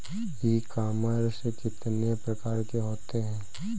ई commerce कितने प्रकार के होते हैं?